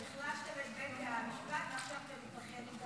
אז החלשתם את בית המשפט ועכשיו אתם מתבכיינים גם על זה.